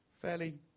fairly